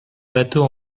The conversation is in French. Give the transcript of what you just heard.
bateau